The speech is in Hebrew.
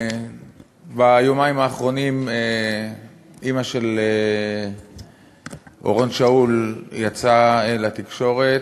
ביומיים האחרונים אימא של אורון שאול יצאה לתקשורת.